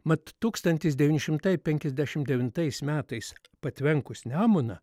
mat tūkstantis devyni šimtai penkiasdešimt devintais metais patvenkus nemuną